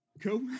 Cool